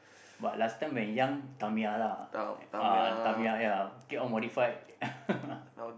but last time when young Tamiya lah uh Tamiya ya keep on modified